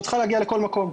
שצריכה להגיע לכל מקום,